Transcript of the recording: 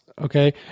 okay